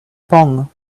pong